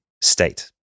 state